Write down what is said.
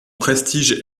prestige